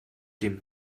dem